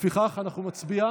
לפיכך, אנחנו נצביע